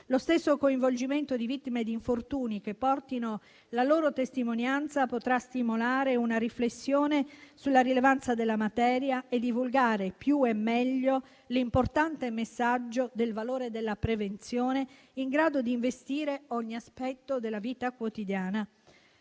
Il coinvolgimento delle vittime stesse di infortuni che portino la loro testimonianza potrà stimolare una riflessione sulla rilevanza della materia e divulgare maggiormente e in modo migliore l'importante messaggio del valore della prevenzione in grado di investire ogni aspetto della vita quotidiana.